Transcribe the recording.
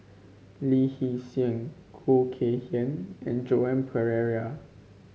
Lee Hee Seng Khoo Kay Hian and Joan Pereira